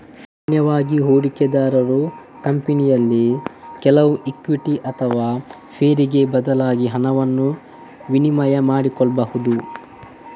ಸಾಮಾನ್ಯವಾಗಿ ಹೂಡಿಕೆದಾರರು ಕಂಪನಿಯಲ್ಲಿ ಕೆಲವು ಇಕ್ವಿಟಿ ಅಥವಾ ಷೇರಿಗೆ ಬದಲಾಗಿ ಹಣವನ್ನ ವಿನಿಮಯ ಮಾಡಿಕೊಳ್ಬಹುದು